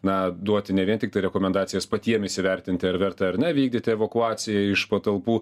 na duoti ne vien tiktai rekomendacijas patiem įsivertinti ar verta ar ne vykdyti evakuaciją iš patalpų